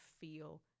feel